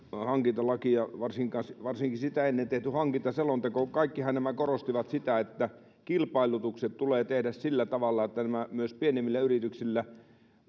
hankintalaki ja varsinkin sitä ennen tehty hankintaselonteko kaikkihan nämä korostivat sitä että kilpailutukset tulee tehdä sillä tavalla että myös pienemmillä yrityksillä